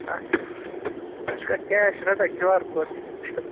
اچھا ژٕ چھُکھ کیش رَٹان کیوٗ آر کوڈ چھِ